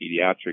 Pediatric